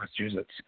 Massachusetts